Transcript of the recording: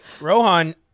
Rohan